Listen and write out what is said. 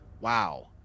wow